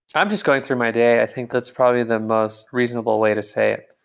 i'm just going through my day. i think that's probably the most reasonable way to say it.